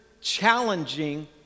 challenging